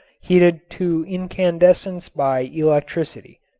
heated to incandescence by electricity.